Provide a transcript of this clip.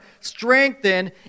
strengthen